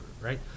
right